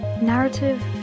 Narrative